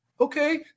okay